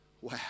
wow